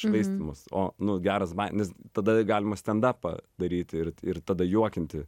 švaistymas o nu geras baje nes tada galima stendapą daryti ir ir tada juokinti